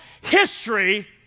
history